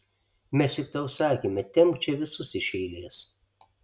mes juk tau sakėme tempk čia visus iš eilės